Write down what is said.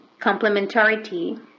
complementarity